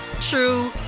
true